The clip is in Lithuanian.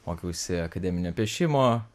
mokiausi akademinio piešimo